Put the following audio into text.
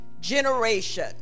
generation